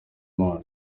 imana